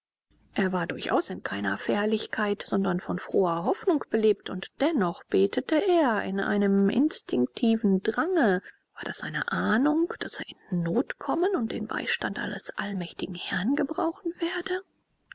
er war durchaus in keiner fährlichkeit sondern von froher hoffnung belebt und dennoch betete er in einem instinktiven drange war das eine ahnung daß er in not kommen und den beistand eines allmächtigen herrn gebrauchen werde